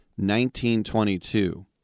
1922